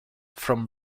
from